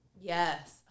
Yes